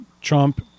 Trump